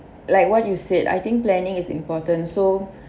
like what you said I think planning is important so